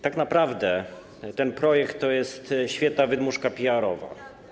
Tak naprawdę ten projekt to jest świetna wydmuszka PR-owa.